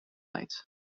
lights